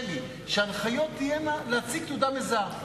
לי, שההנחיות תהיינה להציג תעודה מזהה.